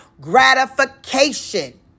gratification